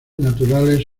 naturales